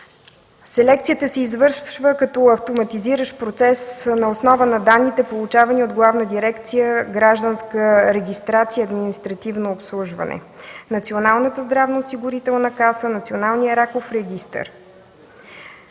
Селекцията се извършва като автоматизиран процес на основа на данните, получавани от Главна дирекция „Гражданска регистрация и административно обслужване”, Националната здравноосигурителна каса, Националния раков регистър.